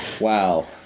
Wow